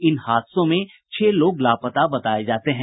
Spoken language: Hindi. इन हादसों में छह लोग लापता बताये जा रहे हैं